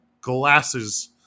glasses